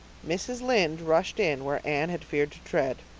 mrs. lynde rushed in where anne had feared to tread.